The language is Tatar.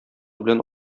белән